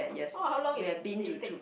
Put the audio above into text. oh how long it did it take